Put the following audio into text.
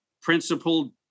principled